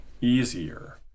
easier